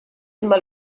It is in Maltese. imma